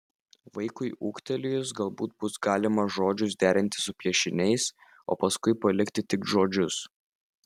vaikui ūgtelėjus galbūt bus galima žodžius derinti su piešiniais o paskui palikti tik žodžius